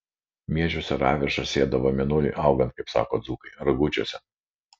miežius ir avižas sėdavo mėnuliui augant kaip sako dzūkai ragučiuose